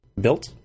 built